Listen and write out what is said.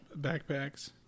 backpacks